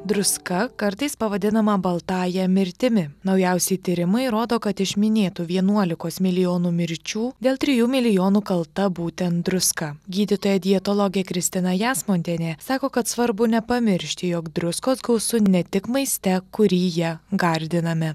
druska kartais pavadinama baltąja mirtimi naujausi tyrimai rodo kad iš minėtų vienuolikos milijonų mirčių dėl trijų milijonų kalta būtent druska gydytoja dietologė kristina jasmontienė sako kad svarbu nepamiršti jog druskos gausu ne tik maiste kurį ja gardiname